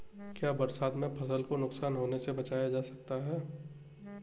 क्या बरसात में फसल को नुकसान होने से बचाया जा सकता है?